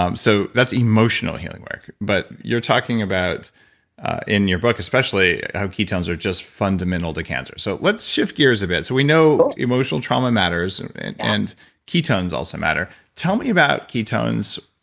um so that's emotional healing work, but you're talking about in your book especially how ketones are just fundamental to cancer, so let's shift gears a bit. so we know emotional trauma matters and ketones also matter. tell me about ketones,